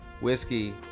Whiskey